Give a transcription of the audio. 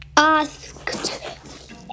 Asked